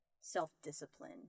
self-discipline